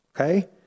okay